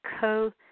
co